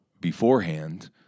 beforehand